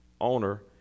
owner